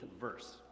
verse